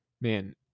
man